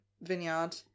vineyard